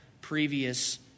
previous